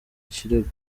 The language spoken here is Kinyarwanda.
kirego